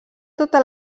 tota